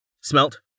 Smelt